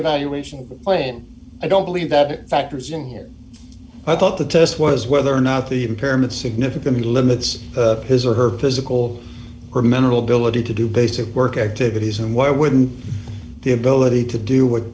a valuation play and i don't believe that it factors in here i thought the test was whether or not the impairment significantly limits his or her physical or mental ability to do basic work activities and why wouldn't the ability to